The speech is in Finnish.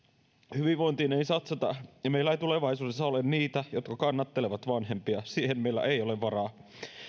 hyvinvointiin ei satsata ei meillä tulevaisuudessa ole niitä jotka kannattelevat vanhempia siihen meillä ei ole varaa